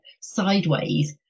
sideways